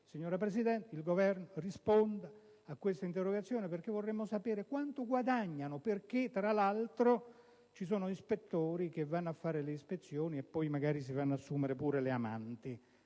signora Presidente, il Governo rispondesse a questa interrogazione. Vorremmo sapere quanto guadagnano perché, tra l'altro, ci sono ispettori che fanno le ispezioni e che, magari, fanno assumere anche le amanti.